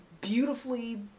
beautifully